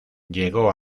llegó